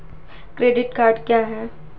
Credit card क्या है?